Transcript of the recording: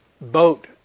boat